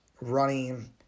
running